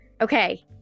Okay